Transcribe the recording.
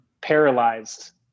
paralyzed